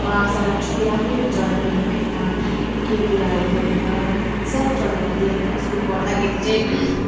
आशा राख्छु कि राम्रै हुन्छ होला मेरो लाइफमा केही कुराहरू भनेर र सानो छँदाखेरि होइन स्कुल पढ्दाखेरि चाहिँ